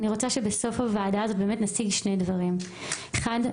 אני רוצה שבסוף הוועדה הזאת באמת נשיג שני דברים: אחד,